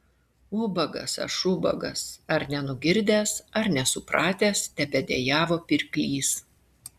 ubagas aš ubagas ar nenugirdęs ar nesupratęs tebedejavo pirklys